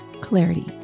clarity